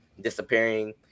disappearing